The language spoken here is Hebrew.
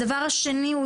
דבר שני,